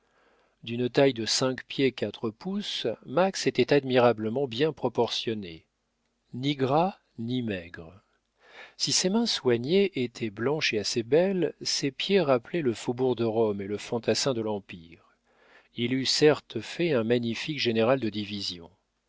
d'une taille de cinq pieds quatre pouces max était admirablement bien proportionné ni gras ni maigre si ses mains soignées étaient blanches et assez belles ses pieds rappelaient le faubourg de rome et le fantassin de l'empire il eût certes fait un magnifique général de division